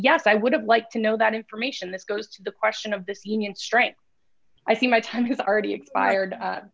yes i would have liked to know that information this goes to the question of this union strike i think my time has already expired